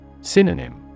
Synonym